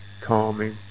calming